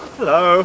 Hello